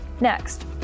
next